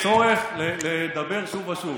צורך לדבר שוב ושוב.